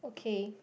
okay